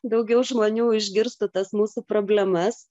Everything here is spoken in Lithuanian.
daugiau žmonių išgirstų tas mūsų problemas